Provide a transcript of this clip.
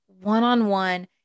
one-on-one